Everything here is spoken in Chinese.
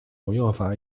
用法